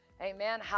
Amen